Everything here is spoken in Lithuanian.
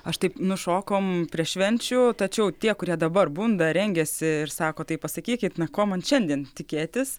aš taip nušokom prie švenčių tačiau tie kurie dabar bunda rengiasi ir sako tai pasakykit na ko man šiandien tikėtis